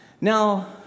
Now